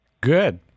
Good